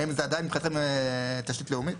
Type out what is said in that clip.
האם זה מבחינתנו עדיין תשתית לאומית?